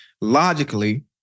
logically